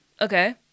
Okay